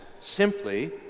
simply